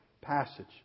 passage